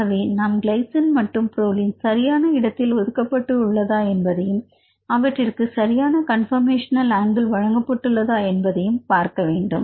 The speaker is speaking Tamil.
ஆகவே நாம் கிளைசின் மற்றும் புரோலைன் சரியான இடத்தில் ஒதுக்கப்பட்டு உள்ளதா என்பதையும் அவற்றிற்கு சரியான கன்பர்மேஷனல் அங்கிள் வழங்கப்பட்டுள்ளதா என்பதையும் பார்க்க வேண்டும்